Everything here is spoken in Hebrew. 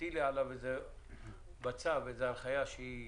תטילי בצו הנחיה שהיא